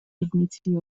dignity